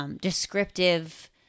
descriptive